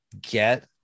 get